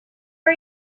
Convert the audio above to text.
are